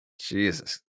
Jesus